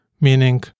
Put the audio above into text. meaning